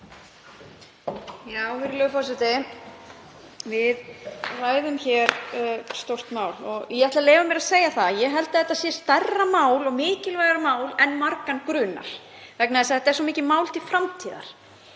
Virðulegur forseti. Við ræðum hér stórt mál og ég ætla að leyfa mér að segja það að ég held að þetta sé stærra mál og mikilvægara mál en margan grunar vegna þess að þetta er svo mikið mál til framtíðar.